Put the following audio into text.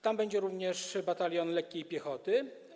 Tam będzie również batalion lekkiej piechoty.